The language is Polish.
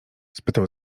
spytał